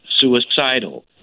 suicidal